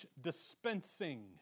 Dispensing